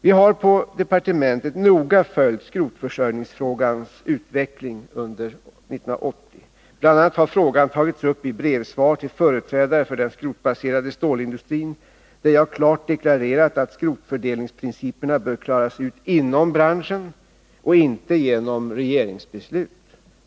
Vi har på departementet noga följt skrotförsörjningsfrågans utveckling under 1980. Bl. a. har frågan tagits upp i ett brevsvar till företrädare för den skrotbaserade stålindustrin, i vilket jag klart deklarerat att skrotfördelningsprinciperna bör klaras ut inom branschen och inte genom regeringsbeslut.